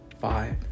five